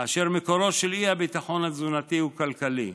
כאשר המקור של האי-ביטחון התזונתי הוא כלכלי,